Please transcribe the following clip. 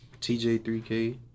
TJ3K